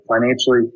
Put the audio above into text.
financially